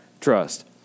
trust